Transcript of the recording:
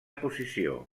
posició